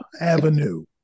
avenue